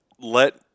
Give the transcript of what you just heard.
let